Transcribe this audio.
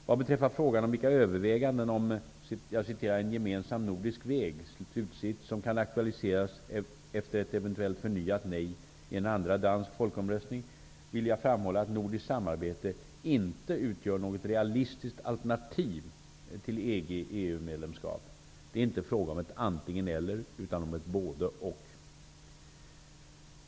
Vad beträffar frågan om vilka överväganden om ''en gemensam nordisk väg'' som kan aktualiseras efter ett eventuellt förnyat nej i en andra dansk folkomröstning, vill jag framhålla att nordiskt samarbete inte utgör något realistiskt alternativ till EG/EU-medlemskap. Det är inte fråga om antingen--eller utan om både--och.